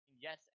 Yes